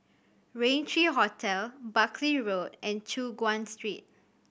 Raintr Hotel Buckley Road and Choon Guan Street